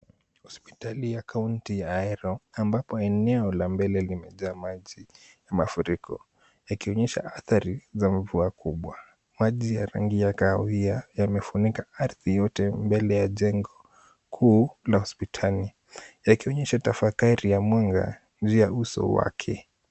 Hospitali ya kaunti ya Ahero ambapo eneo la mbele limejaa maji ya mafuriko ikionyesha athari za mvua kubwa .Maji ya rangi ya kahawia yamefunika ardhi yote mbele ya jengo kuu la hospitali yakionyesha tafakari ya mwanga juu ya uso wake.